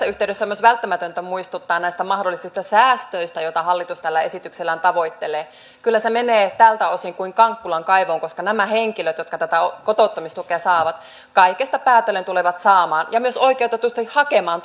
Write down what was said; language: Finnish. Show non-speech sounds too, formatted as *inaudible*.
*unintelligible* yhteydessä on myös välttämätöntä muistuttaa näistä mahdollisista säästöistä joita hallitus tällä esityksellään tavoittelee kyllä se menee tältä osin kuin kankkulan kaivoon koska nämä henkilöt jotka tätä kotouttamistukea saavat kaikesta päätellen tulevat saamaan ja myös oikeutetusti hakemaan *unintelligible*